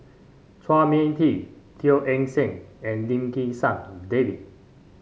Chua Mia Tee Teo Eng Seng and Lim Kim San David